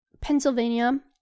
Pennsylvania